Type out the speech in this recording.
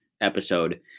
episode